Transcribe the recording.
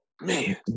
Man